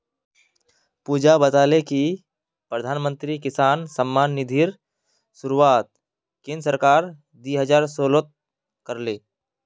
पुजा बताले कि प्रधानमंत्री किसान सम्मान निधिर शुरुआत केंद्र सरकार दी हजार सोलत कर ले